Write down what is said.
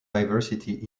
diversity